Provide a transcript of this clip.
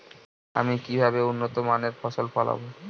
আমি কিভাবে উন্নত মানের ফসল ফলাব?